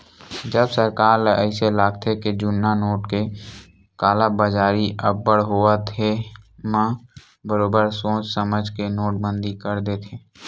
जब सरकार ल अइसे लागथे के जुन्ना नोट के कालाबजारी अब्बड़ होवत हे म बरोबर सोच समझ के नोटबंदी कर देथे